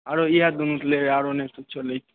आरो इएह दूनू लै आरो नहि किच्छो लै के